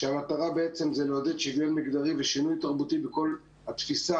כשהמטרה לעודד שוויון מגדרי ושינוי תרבותי בכל התפיסה